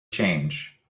change